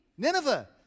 Nineveh